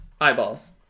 eyeballs